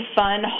fun